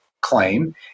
claim